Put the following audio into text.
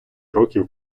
років